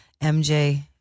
MJ